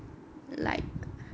like